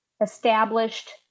established